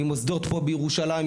ממוסדות פה בירושלים,